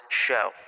show